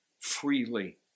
freely